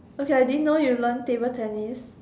okay I didn't know you learn table tennis